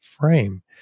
frame